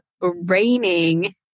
raining